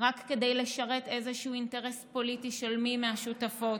רק כדי לשרת איזשהו אינטרס פוליטי של מי מהשותפות.